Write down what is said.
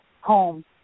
home